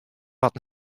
wat